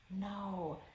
No